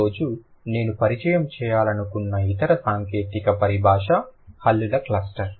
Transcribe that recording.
ఈరోజు నేను పరిచయం చేయాలనుకున్న ఇతర సాంకేతిక పరిభాష హల్లుల క్లస్టర్